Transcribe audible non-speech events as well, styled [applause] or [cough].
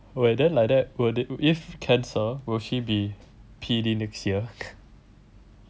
wait then like that will they if cancel will she be P_D next year [laughs]